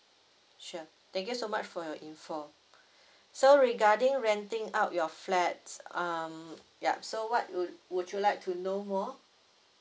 sure thank you so much for your info so regarding renting out your flats um yup so what would would you like to know more